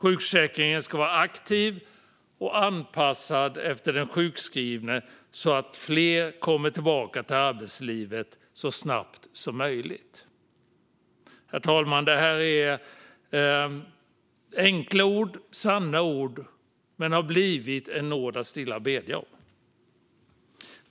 Sjukförsäkringen ska vara aktiv och anpassad efter den sjukskrivne så att fler kommer tillbaka till arbetslivet så snabbt som möjligt. Herr talman! Detta är enkla och sanna ord men har blivit en nåd att stilla bedja om.